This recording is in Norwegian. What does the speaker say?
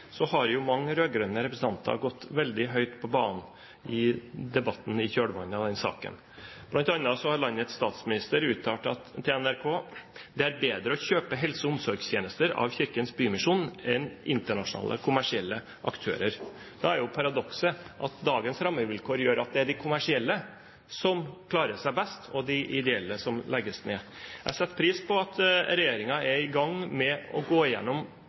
saken. Blant annet har landets statsminister uttalt til NRK at det er bedre å kjøpe helse- og omsorgstjenester av Kirkens Bymisjon enn av internasjonale, kommersielle aktører. Da er paradokset at dagens rammevilkår gjør at det er de kommersielle som klarer seg best, og at det er de ideelle institusjonene som legges ned. Jeg setter pris på at regjeringen er i gang med å gå igjennom